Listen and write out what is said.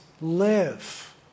live